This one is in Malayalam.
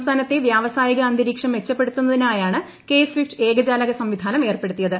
സംസ്ഥാനത്തെ വ്യാവസായിക അന്തരീക്ഷം മെച്ചപ്പെടുത്തുന്നതിനായാണ് കെ സ്വിഫ്റ്റ് ഏകജാലക സംവിധാനം ഏർപ്പെടുത്തിയത്